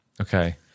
Okay